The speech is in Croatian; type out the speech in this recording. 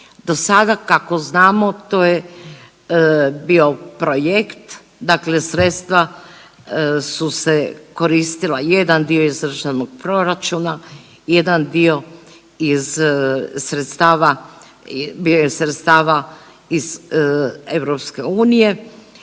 Dosada kako znamo to je bio projekt, dakle sredstva su se koristila jedan dio iz Državnog proračuna, jedan dio iz sredstava bio je